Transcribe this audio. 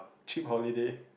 cheap holiday